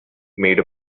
made